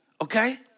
okay